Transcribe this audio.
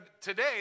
today